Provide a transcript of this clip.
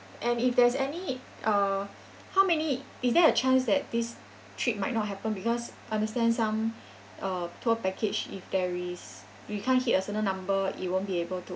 and if there's any uh how many is there a chance that this trip might not happen because understand some uh tour package if there is if we can't hit a certain number it won't be able to